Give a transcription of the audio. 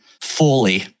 fully